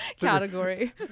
category